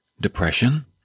depression